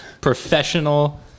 Professional